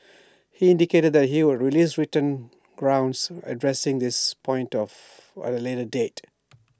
he indicated that he would release written grounds addressing this point of at A later date